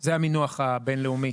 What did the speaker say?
זה המינוח הבינלאומי.